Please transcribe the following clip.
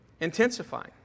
intensifying